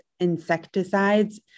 Insecticides